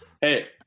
Hey